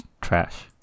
Trash